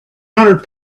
hundred